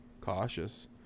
cautious